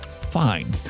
fine